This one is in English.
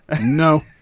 no